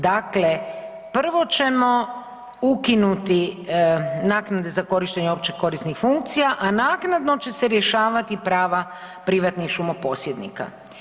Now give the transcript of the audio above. Dakle, prvo ćemo ukinuti naknade za korištenje općekorisnih funkcija, a naknadno će se rješavati prava privatnih šumoposjednika.